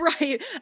Right